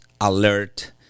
alert